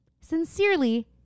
sincerely